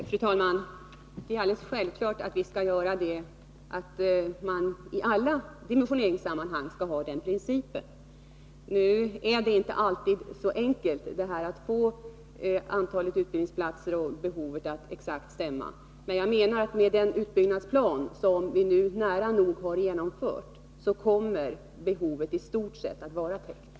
Fru talman! Det är alldeles självklart att vi skall göra det. Man skall i alla dimensioneringssammanhang ha den principen. Nu är det inte alltid så enkelt att få antalet utbildningsplatser och behovet att stämma exakt, men med den utbyggnadsplan vi nu nära nog har genomfört kommer behovet i stort sett att vara täckt.